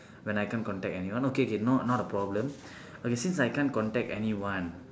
when I can't contact anyone okay K no not a problem okay since I can't contact anyone